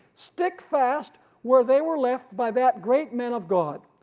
stick fast where they were left by that great men of god,